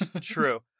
true